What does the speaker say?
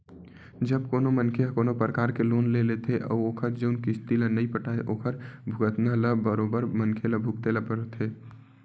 जब कोनो मनखे ह कोनो परकार के लोन ले लेथे अउ ओखर जउन किस्ती ल नइ पटाय ओखर भुगतना ल बरोबर मनखे ल भुगते बर परथे